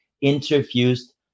interfused